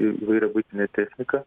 įvairią buitinę techniką